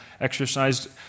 exercised